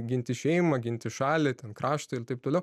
ginti šeimą ginti šalį ten kraštą ir taip toliau